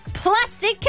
plastic